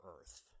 Earth